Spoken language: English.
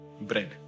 Bread